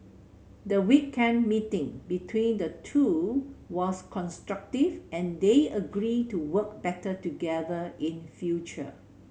the weekend meeting between the two was constructive and they agreed to work better together in future